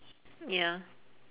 ya